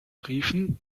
briefen